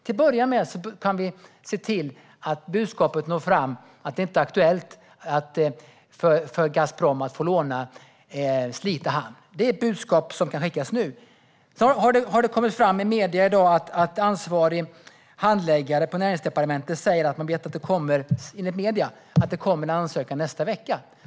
Till att börja med kan vi se till att budskapet når fram att det inte är aktuellt för Gazprom att få låna Slite hamn. Det är ett budskap som kan skickas nu. I dag har det framkommit i medierna att ansvarig handläggare på Näringsdepartementet säger att man vet att det kommer en ansökan nästa vecka.